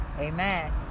Amen